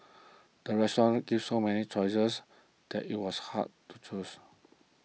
the restaurant gave so many choices that it was hard to choose